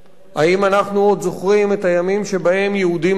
האם אנחנו עוד זוכרים את הימים שבהם יהודים היו אלה